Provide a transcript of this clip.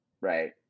right